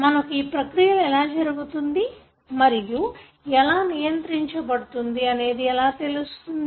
మనకు ఈ ప్రక్రియలు ఎలా జరుగుతుంది మరియు ఎలా నియంత్రించబడుతుంది అనేది ఎలా తెలుస్తుంది